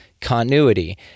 Continuity